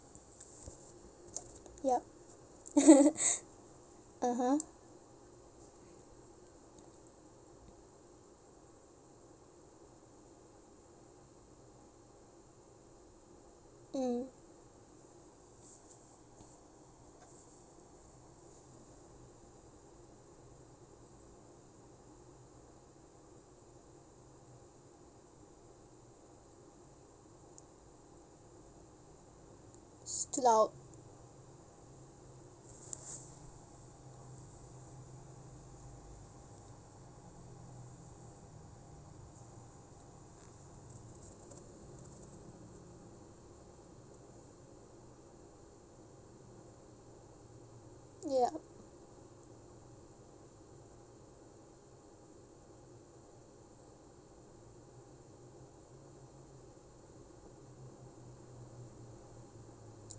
yup (uh huh) mm it's too loud yup